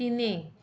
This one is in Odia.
ତିନି